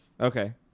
Okay